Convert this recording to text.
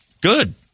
good